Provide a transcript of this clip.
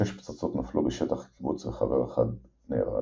שש פצצות נפלו בשטח הקיבוץ וחבר אחד נהרג.